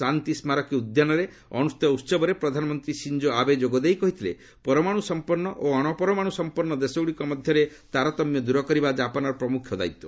ଶାନ୍ତି ସ୍କାରକୀ ଉଦ୍ୟାନରେ ଅନୁଷ୍ଠିତ ଉତ୍ସବରେ ପ୍ରଧାନମନ୍ତ୍ରୀ ସିଞ୍ଜୋ ଆବେ ଯୋଗଦେଇ କହିଥିଲେ ପରମାଣୁସମ୍ପନ୍ନ ଓ ଅଣପରମାଣୁସମ୍ପନ୍ନ ଦେଶଗୁଡ଼ିକ ମଧ୍ୟରେ ତାରତମ୍ୟ ଦୂର କରିବା ଜାପାନର ପ୍ରମୁଖ ଦାୟିତ୍ୱ